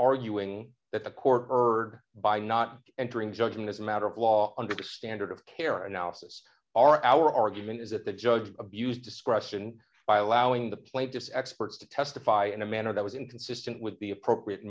arguing that the court heard by not entering judgment as a matter of law under the standard of care analysis our our argument is that the judge abused discretion by allowing the play desex parts to testify in a manner that was inconsistent with the appropriate